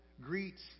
greets